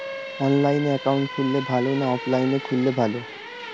অনলাইনে একাউন্ট খুললে ভালো না অফলাইনে খুললে ভালো?